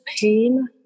pain